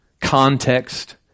context